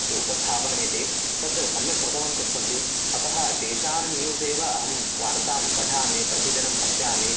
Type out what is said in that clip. उपस्थापनम् इति तत् सम्यक् कृतवन्तः सन्ति अतः तेषां न्यूस् एव अहं वार्तां पठामि प्रतिदिनं पश्यामि